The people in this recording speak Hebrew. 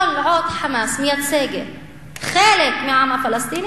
כל עוד "חמאס" מייצג חלק מהעם הפלסטיני,